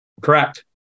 Correct